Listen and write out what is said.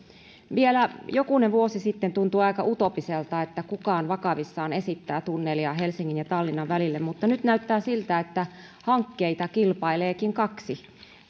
vielä jokunen vuosi sitten tuntui aika utopistiselta että kukaan vakavissaan esittää tunnelia helsingin ja tallinnan välille mutta nyt näyttää siltä että siitä kilpaileekin kaksi